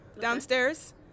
downstairs